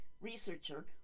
researcher